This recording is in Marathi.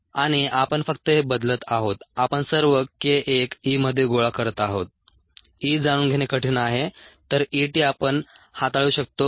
k1ESk2ESk3ES आणि आपण फक्त हे बदलत आहोत आपण सर्व k 1 E मध्ये गोळा करत आहोत E जाणून घेणे कठीण आहे तर E t आपण हाताळू शकतो